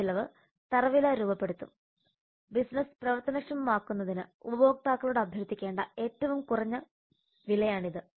ഈ ചെലവ് തറവില രൂപപ്പെടുത്തും ബിസിനസ്സ് പ്രവർത്തനക്ഷമമാക്കുന്നതിന് ഉപഭോക്താക്കളോട് അഭ്യർത്ഥിക്കേണ്ട ഏറ്റവും കുറഞ്ഞ വിലയാണിത്